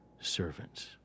servants